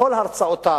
בכל הרצאותיו,